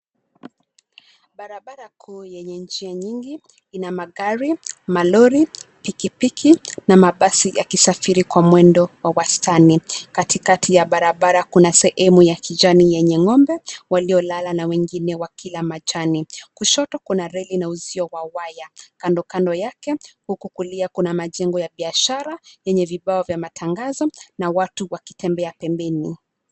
Barabara kuu yenye njia nyingi, ina magari, malori, pikipiki na mabasi yakisafiri kwa mwendo wa wastani. Katikati ya barabara, kuna sehemu ya kijani yenye ng'ombe waliolala na wengine wakila majani. Kushoto, kuna reli na usio wa waya kando kando yake huku kulia kuna majengo ya biashara yenye vibao vya matangazo na watu wakitembea pembeni.